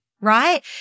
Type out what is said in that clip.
right